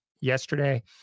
yesterday